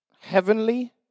heavenly